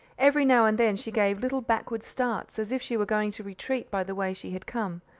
every now and then she gave little backward starts, as if she were going to retreat by the way she had come,